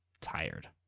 tired